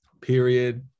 period